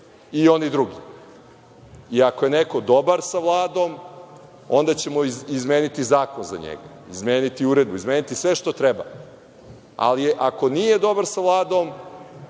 i oni drugi. Ako je neko dobar sa Vladom onda ćemo izmeniti zakon za njega, izmeniti uredbu, izmeni sve što treba, ali ako nije dobar sa Vladom